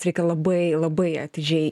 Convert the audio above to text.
reikia labai labai atidžiai